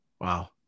Wow